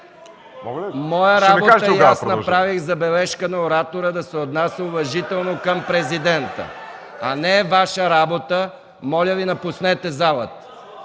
Моя работа е и аз направих забележка на оратора да се отнася уважително към президента, а не е Ваша работа. Моля Ви, напуснете залата.